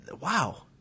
wow